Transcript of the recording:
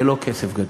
זה לא כסף גדול.